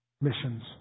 missions